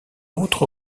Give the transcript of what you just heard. autre